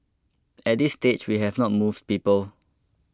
at this stage we have not moved people